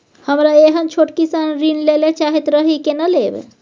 हमरा एहन छोट किसान ऋण लैले चाहैत रहि केना लेब?